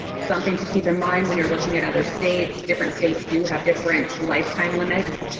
something to keep in mind when you're looking at other states, different states do have different lifetime limits.